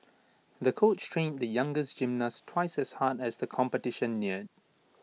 the coach trained the younger gymnast twice as hard as the competition neared